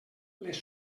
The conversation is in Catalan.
les